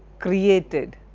created,